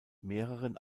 mehreren